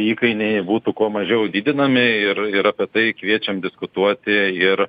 įkainiai būtų kuo mažiau didinami ir ir apie tai kviečiam diskutuoti ir